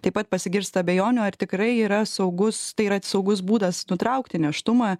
taip pat pasigirsta abejonių ar tikrai yra saugus tai yra saugus būdas nutraukti nėštumą